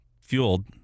fueled